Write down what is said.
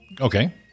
Okay